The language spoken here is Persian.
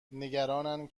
نگرانند